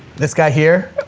this guy here,